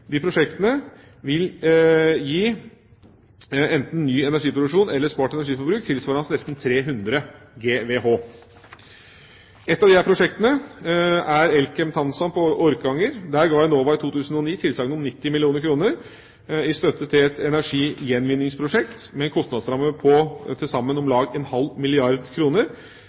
De prosjektene vil enten gi ny energiproduksjon eller spart energiforbruk tilsvarende nesten 300 GWh. Et av disse prosjektene er Elkem Thamshavn på Orkanger. Der ga Enova i 2009 tilsagn om 90 mill. kr i støtte til et energigjenvinningsprosjekt med en kostnadsramme på til sammen om lag en halv milliard kroner.